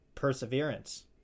perseverance